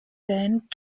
band